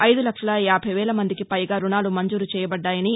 ఐదు లక్షల యాటై వేల మందికి పైగా రుణాలు మంజూరు చేయబడ్డాయని